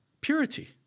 Purity